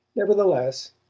nevertheless,